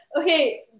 okay